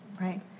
Right